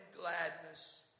gladness